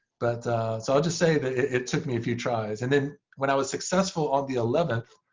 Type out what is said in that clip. but so i'll just say that it took me a few tries. and then when i was successful on the eleventh,